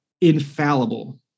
infallible